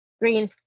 Green